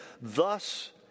Thus